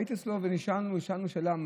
הייתי אצלו, ושאלנו שאלה,